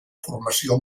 formació